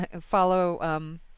follow